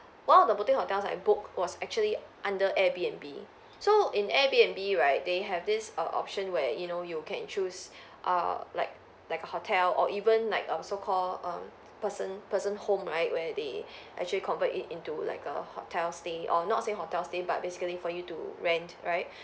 well the boutique hotels I booked was actually under airbnb so in airbnb right they have this err option where you know you can choose uh like like a hotel or even like um so called um person person home right where they actually convert it into like a hotel stay or not say hotel stay but basically for you to rent right